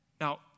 Now